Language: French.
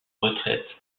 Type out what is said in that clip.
retraite